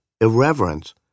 irreverence